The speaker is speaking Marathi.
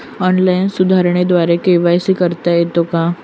ऑनलाईन सुविधेद्वारे के.वाय.सी करता येते का?